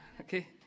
Okay